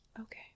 Okay